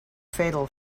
fatal